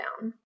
down